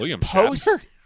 post